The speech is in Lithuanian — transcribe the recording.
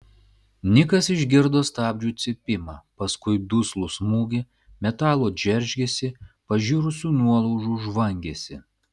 nikas išgirdo stabdžių cypimą paskui duslų smūgį metalo džeržgesį pažirusių nuolaužų žvangesį